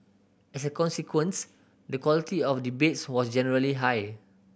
as a consequence the quality of debates was generally high